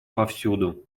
повсюду